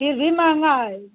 फिर भी महँगा है